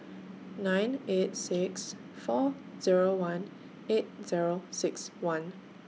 nine eight six four Zero one eight Zero six one